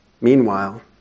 Meanwhile